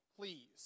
please